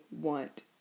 want